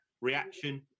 reaction